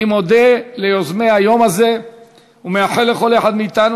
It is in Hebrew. אני מודה ליוזמי היום הזה ומאחל לכל אחד מאתנו